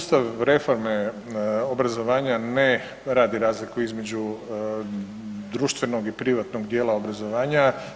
Sustav reforme obrazovanja ne radi razliku između društvenog i privatnog dijela obrazovanja.